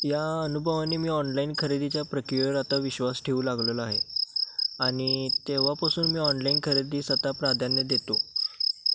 या अनुभवाने मी ऑनलाईन खरेदीच्या प्रक्रियेवर आता विश्वास ठेऊ लागलेलो आहे आणि तेव्हापासून मी ऑनलाईन खरेदीस आता प्राधान्य देतो